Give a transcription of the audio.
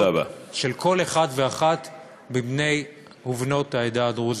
של כל אחד ואחת מבני ובנות העדה הדרוזית.